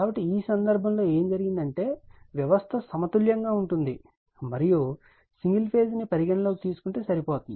కాబట్టి ఈ సందర్భం లో ఏమి జరిగిందంటే వ్యవస్థ సమతుల్యంగా ఉంటుంది మరియు సింగిల్ ఫేజ్ ను పరిగణనలోకి తీసుకుంటే సరిపోతుంది